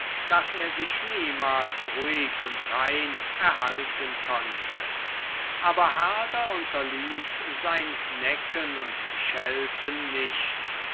daß er sich niemals ruhig und rein erhalten konnte aber herder unterließ sein necken und schelten nicht